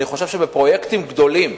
אני חושב שבפרויקטים גדולים,